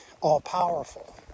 all-powerful